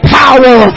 power